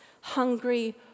hungry